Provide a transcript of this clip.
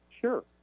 Sure